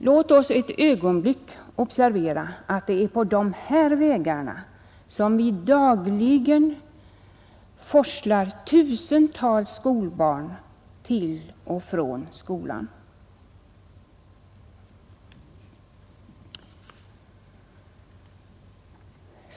Låt oss ett ögonblick observera att det är på dessa vägar som vi dagligen forslar tusentals skolbarn till och från skolan.